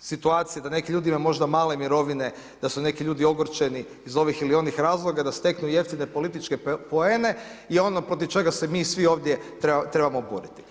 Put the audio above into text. situacije da neki ljudi možda imaju male mirovine, da su neki ljudi ogorčeni iz ovih ili onih razloga, da steknu jeftine političke poene je ono protiv čega se mi svi ovdje trebamo boriti.